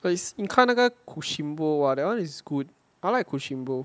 cause you 看那个 kushinbo !wah! that one is good I like Kushinbo